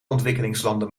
ontwikkelingslanden